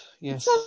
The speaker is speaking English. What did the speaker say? Yes